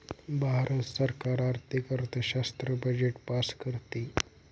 भारत सरकार आर्थिक अर्थशास्त्रात बजेट पास करते